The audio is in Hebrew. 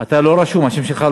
אתה לא רשום.